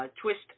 Twist